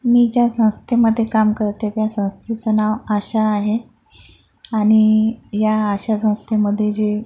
मी ज्या संस्थेमध्ये काम करते त्या संस्थेचं नाव आशा आहे आणि या आशा संस्थेमध्ये जे